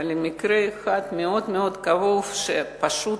אבל היה מקרה אחד מאוד מאוד כאוב שפשוט